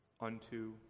unto